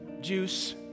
juice